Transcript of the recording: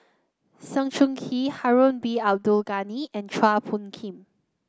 Sng Choon Yee Harun Bin Abdul Ghani and Chua Phung Kim